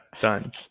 Done